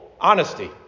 honesty